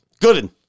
Gooden